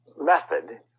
method